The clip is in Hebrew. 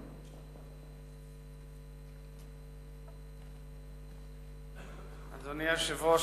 אדוני היושב-ראש,